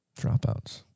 Dropouts